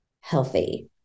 healthy